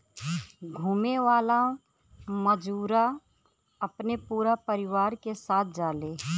घुमे वाला मजूरा अपने पूरा परिवार के साथ जाले